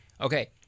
Okay